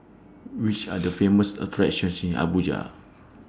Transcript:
Which Are The Famous attractions in Abuja